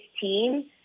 team